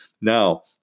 Now